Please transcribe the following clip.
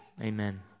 amen